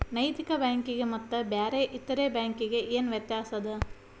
ನೈತಿಕ ಬ್ಯಾಂಕಿಗೆ ಮತ್ತ ಬ್ಯಾರೆ ಇತರೆ ಬ್ಯಾಂಕಿಗೆ ಏನ್ ವ್ಯತ್ಯಾಸದ?